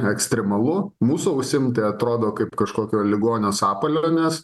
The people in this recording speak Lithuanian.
ekstremalu mūsų ausim tai atrodo kaip kažkokio ligonio sapalionės